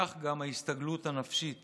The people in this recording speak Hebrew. כך גם ההסתגלות הנפשית